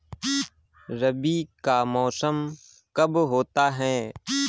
रबी का मौसम कब होता हैं?